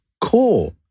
core